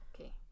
Okay